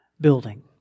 building